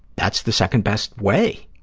that's the second best way.